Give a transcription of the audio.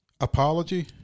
apology